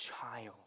child